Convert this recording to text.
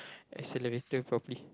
accelerator properly